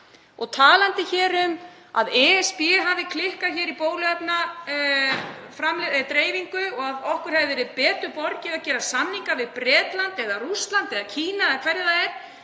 Talandi um að ESB hafi klikkað í bóluefnadreifingu og okkur hefði verið betur borgið við að gera samninga við Bretland eða Rússlandi eða Kína eða hverjir það eru